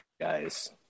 guys